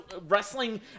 wrestling